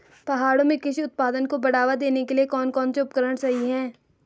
पहाड़ों में कृषि उत्पादन को बढ़ावा देने के लिए कौन कौन से उपकरण सही हैं?